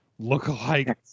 lookalike